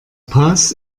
paz